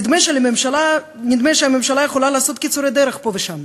נדמה שהממשלה יכולה לעשות קיצורי דרך פה ושם.